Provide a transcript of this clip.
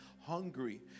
hungry